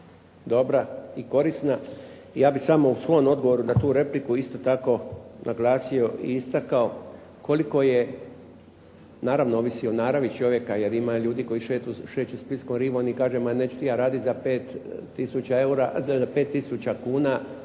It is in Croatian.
dobra i korisna. I ja bih samo u svom odgovoru na repliku isto tako naglasio i istakao koliko je naravno ovisi o naravi čovjeka, jer ima ljudi koji šeću Splitskom rivom i kažu ma neću ti ja raditi za 5 tisuća